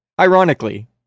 Ironically